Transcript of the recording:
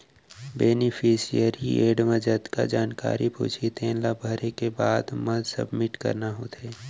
beneficiary add म जतका जानकारी पूछही तेन ला भरे के बाद म सबमिट करना होथे